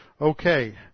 Okay